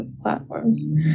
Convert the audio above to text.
platforms